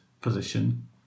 position